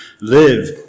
live